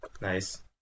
Nice